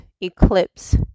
eclipse